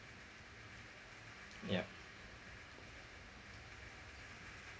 yeah